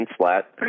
flat